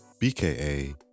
bka